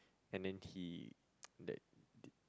and then he that